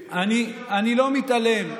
הכללי, אני לא מתעלם.